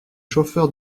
chauffeurs